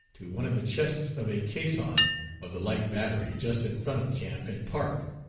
to one of the chests of a caisson of the light battery, just in front of camp in park.